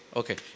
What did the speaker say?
okay